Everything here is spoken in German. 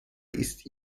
ist